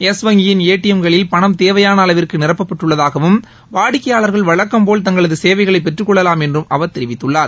yes வங்கியின் ATM களில் பணம் தேவையான அளவிற்கு நிரப்பப்பட்டுள்ளதாகவும் வாடிக்கையாளர்கள் வழக்கம்போல தங்களது சேவைகளை பெற்றுக்கொள்ளலாம் என்று அவர் தெரிவித்துள்ளார்